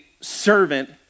servant